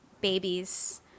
babies